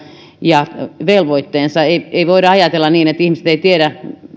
ja velvoitteensa ei ei voida ajatella niin että ihmiset eivät tiedä